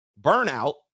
burnout